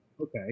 Okay